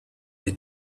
they